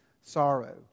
sorrow